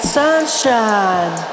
sunshine